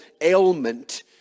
ailment